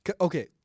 Okay